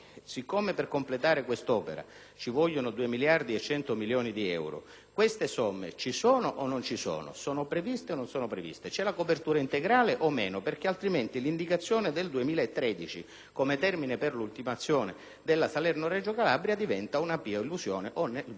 siccome per completare quest'opera sono necessari 2,1 miliardi di euro, queste somme ci sono o non ci sono? Sono previste o no? C'è la copertura integrale? Altrimenti l'indicazione del 2013 come termine per l'ultimazione della Salerno-Reggio Calabria diventa una pia illusione o,